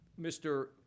Mr